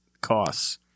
costs